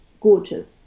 gorgeous